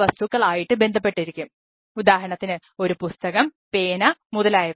വസ്തുക്കൾ ആയിട്ട് ബന്ധപ്പെട്ടിരിക്കും ഉദാഹരണത്തിന് ഒരു പുസ്തകം പേന മുതലായവ